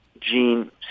gene